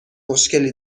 مشکلی